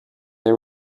they